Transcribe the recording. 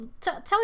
Tell